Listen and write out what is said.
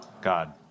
God